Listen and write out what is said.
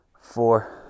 four